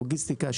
לוגיסטיקה,